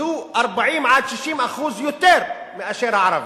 הוא 40% 60% יותר מאשר אצל הערבי.